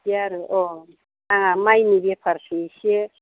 बिदि आरो अह आंहा माइनि बेफार एसे